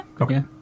Okay